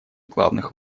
главных